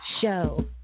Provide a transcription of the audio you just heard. show